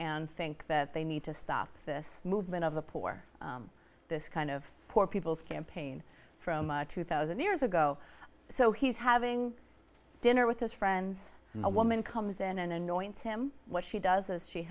and think that they need to stop this movement of the poor this kind of poor people's campaign from a two thousand years ago so he's having dinner with his friends and a woman comes in and anoint him what she does is she